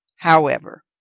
however,